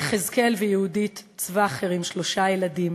יחזקאל ויהודית צווכר עם שלושה ילדים,